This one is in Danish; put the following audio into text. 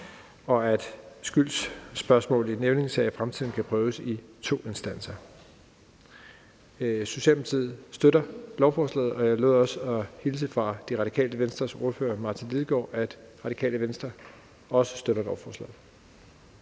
og at skyldsspørgsmål i nævningesager i fremtiden kan prøves i to instanser. Socialdemokratiet støtter lovforslaget. Og jeg lovede at hilse fra Det Radikale Venstres ordfører, Martin Lidegaard, og sige, at Det Radikale Venstre også støtter lovforslaget.